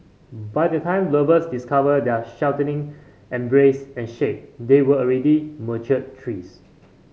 by the time lovers discovered their sheltering embrace and shade they were already mature trees